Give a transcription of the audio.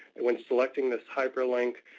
and when selecting this hyperlink,